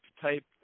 type